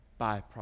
byproduct